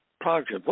project